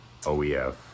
OEF